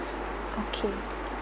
okay